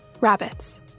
rabbits